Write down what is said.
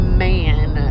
man